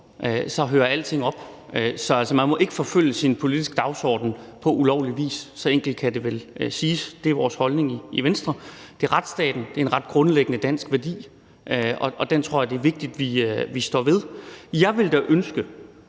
så hører alting op. Man må ikke forfølge sin politiske dagsorden på ulovlig vis – så enkelt kan det vel siges. Det er vores holdning i Venstre. Det er retsstaten. Det er en ret grundlæggende dansk værdi, og den tror jeg det er vigtigt vi står ved. Jeg ville da ønske,